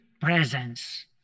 presence